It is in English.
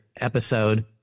episode